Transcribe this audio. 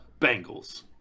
Bengals